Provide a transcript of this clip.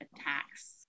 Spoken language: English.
attacks